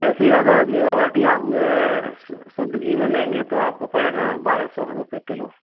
वैसे अगर मेवा बाटी आप शुद्ध घी में लेंगे तो आपको पड़ेगा बारह सौ रुपये किलो